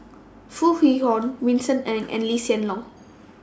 Foo Kwee Horng Vincent Ng and Lee Hsien Loong